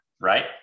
right